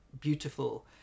beautiful